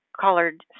colored